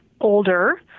older